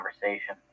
conversation